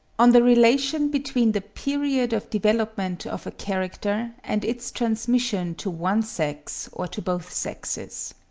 on the relation between the period of development of a character and its transmission to one sex or to both sexes.